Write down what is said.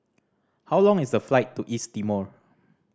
how long is the flight to East Timor